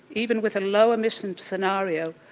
even with a low emission scenario,